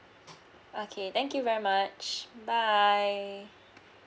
okay thank you very much bye